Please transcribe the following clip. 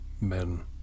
men